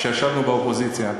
כשישבנו באופוזיציה,